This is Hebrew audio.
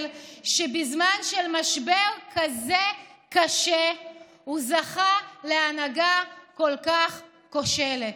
שבזמן של משבר כזה קשה הוא זכה להנהגה כל כך כושלת.